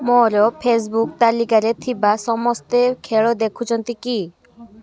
ମୋର ଫେସବୁକ୍ ତାଲିକାରେ ଥିବା ସମସ୍ତେ ଖେଳ ଦେଖୁଛନ୍ତି କି